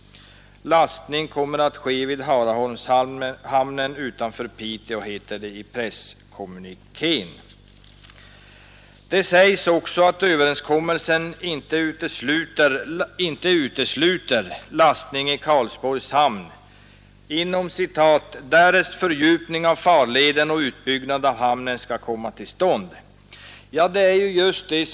Lastning kommer att ske vid Haraholmshamnen utanför Piteå, heter det i presskommunikén. Det sägs också att överenskommelsen inte utesluter lastning i Karlsborgs hamn ” därest fördjupning av farleden och utbyggnad av hamnen skulle komma till stånd”. Ja, just det!